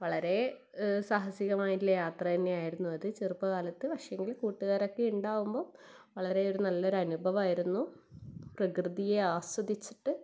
വളരെ സാഹസികമായിട്ടുള്ള യാത്ര തന്നെയായിരുന്നു അത് ചെറുപ്പകാലത്ത് പക്ഷേങ്കിൽ കൂട്ടുകാരൊക്കെ ഉണ്ടാകുമ്പോൾ വളരെ ഒരു നല്ലൊരു അനുഭവമായിരുന്നു പ്രകൃതിയെ ആസ്വദിച്ചിട്ട്